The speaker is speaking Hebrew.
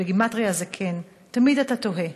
שבגימטרייה זה "קן" תמיד אתה תוהה,